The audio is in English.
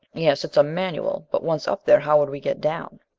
yes. it's a manual. but once up there how would we get down?